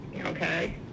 Okay